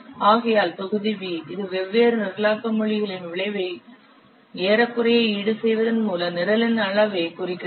ஆகையால் தொகுதி V இது வெவ்வேறு நிரலாக்க மொழிகளின் விளைவை ஏறக்குறைய ஈடுசெய்வதன் மூலம் நிரலின் அளவைக் குறிக்கிறது